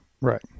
Right